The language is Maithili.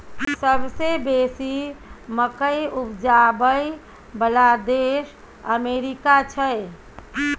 सबसे बेसी मकइ उपजाबइ बला देश अमेरिका छै